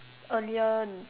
earlier